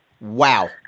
Wow